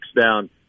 down